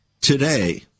today